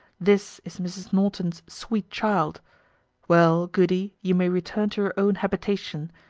this is mrs. norton's sweet child well, goody, you may return to your own habitation.